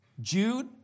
Jude